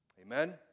Amen